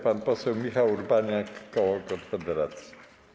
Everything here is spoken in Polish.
Pan poseł Michał Urbaniak, koło Konfederacja.